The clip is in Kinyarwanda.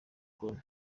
col